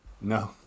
no